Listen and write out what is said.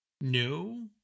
No